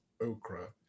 okra